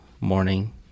morning